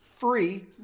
Free